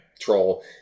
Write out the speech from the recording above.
troll